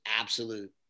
absolute